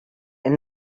and